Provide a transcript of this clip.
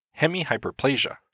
hemihyperplasia